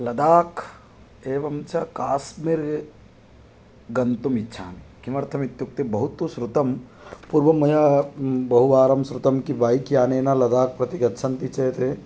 लदाख् एवञ्च काश्मीरं गन्तुम् इच्छामि किमर्थम् इत्युक्ते बहु तु श्रुतम् पूर्वं मया बहुवारं श्रुतं किं बैक्यानेन लदाख् प्रति गच्छन्ति चेत्